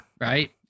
Right